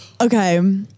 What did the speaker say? Okay